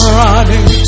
running